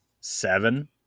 seven